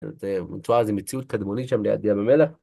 זאת אומרת, מצווה זו מציאות קדמונית שם ליד ים המלח